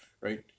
right